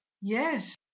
Yes